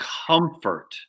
comfort